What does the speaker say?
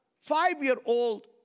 five-year-old